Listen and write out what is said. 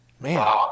man